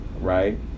right